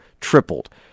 tripled